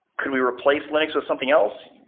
could we replace linux with something else?